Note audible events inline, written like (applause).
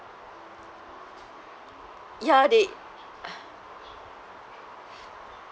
ya they (noise)